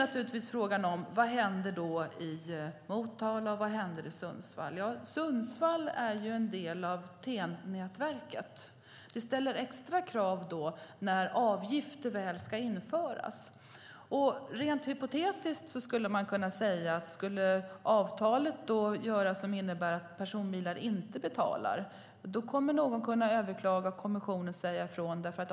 Fråga är: Vad händer i Motala, och vad händer i Sundsvall? Sundsvall är en del av TEN-T-nätverket. Det ställer extra krav när avgifter väl ska införas. Rent hypotetiskt skulle man kunna säga att om ett avtal skulle göras så att personbilar inte betalar kommer någon att kunna överklaga och kommissionen att säga ifrån.